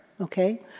okay